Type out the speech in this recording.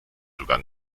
sogar